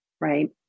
right